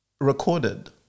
recorded